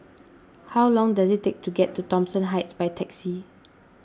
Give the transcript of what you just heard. how long does it take to get to Thomson Heights by taxi